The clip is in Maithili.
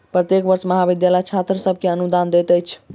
प्रत्येक वर्ष महाविद्यालय छात्र सभ के अनुदान दैत अछि